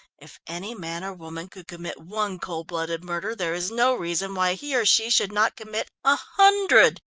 if any man or woman could commit one cold-blooded murder, there is no reason why he or she should not commit a hundred.